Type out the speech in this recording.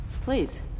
Please